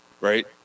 Right